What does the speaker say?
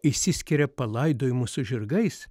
išsiskiria palaidojimu su žirgais